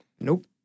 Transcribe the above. nope